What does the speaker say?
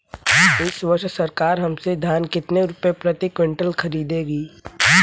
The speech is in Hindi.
इस वर्ष सरकार हमसे धान कितने रुपए प्रति क्विंटल खरीदेगी?